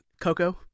Coco